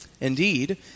Indeed